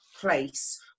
place